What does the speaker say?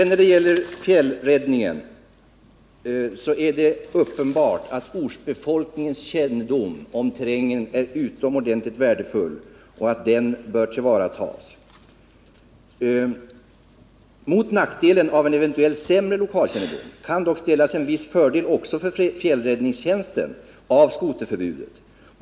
När det gäller fjällräddningen är det uppenbart att ortsbefolkningens kännedom om terrängen är utomordentligt värdefull och att den bör tillvaratas. Mot nackdelen av en eventuellt försämrad lokalkännedom kan dock ställas en viss fördel också för fjällräddningstjänsten av skoterförbudet.